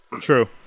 True